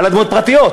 על אדמות פרטיות.